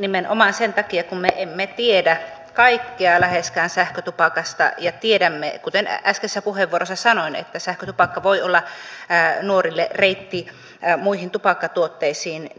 nimenomaan sen takia kun me emme tiedä läheskään kaikkea sähkötupakasta ja tiedämme kuten äskeisessä puheenvuorossa sanoin että sähkötupakka voi olla nuorille reitti muihin tupakkatuotteisiin